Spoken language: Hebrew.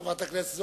חברת הכנסת זוארץ,